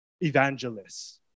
evangelists